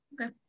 Okay